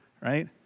right